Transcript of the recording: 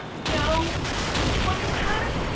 no womanhood?